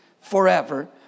forever